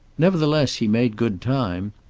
nevertheless, he made good time.